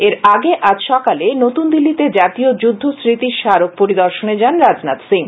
এর আগে আজ সকালে নতুন দিল্লিতে জাতীয় যুদ্ধ স্মৃতিস্মারক পরিদর্শনে যান রাজনাখ সিং